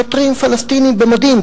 שוטרים פלסטינים במדים.